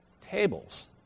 tables